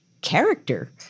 character